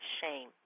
shame